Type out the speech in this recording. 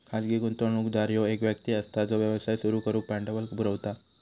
खाजगी गुंतवणूकदार ह्यो एक व्यक्ती असता जो व्यवसाय सुरू करुक भांडवल पुरवता